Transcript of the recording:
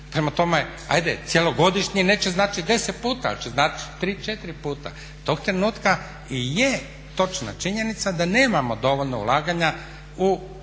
Prema toma, ajde cjelogodišnji neće značiti 10 puta ali će značit tri, četiri, puta. Tog trenutku i je točna činjenica da nemamo dovoljno ulaganja ni